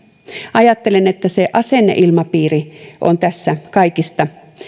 ajattelen että se asenneilmapiiri on tässä kaikista